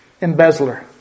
embezzler